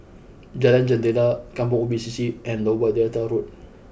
Jalan Jendela Kampong Ubi C C and Lower Delta Road